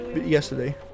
yesterday